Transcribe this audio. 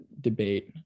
debate